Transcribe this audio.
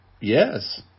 yes